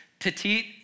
Petite